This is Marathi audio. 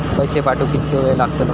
पैशे पाठवुक किती वेळ लागतलो?